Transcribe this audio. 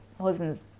husband's